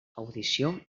audició